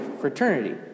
fraternity